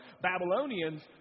Babylonians